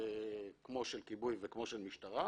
כמו של כיבוי וכמו של משטרה,